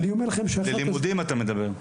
ללימודים אתה מדבר.